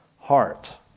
heart